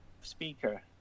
speaker